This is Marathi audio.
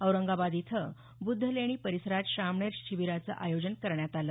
औरंगाबाद इथं बुद्धलेणी परिसरात श्रामणेर शिबीराचं आयोजन करण्यात आलं